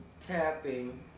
tapping